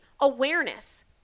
awareness